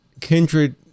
Kindred